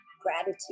gratitude